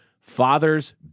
fathers